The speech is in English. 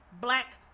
black